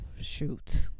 shoot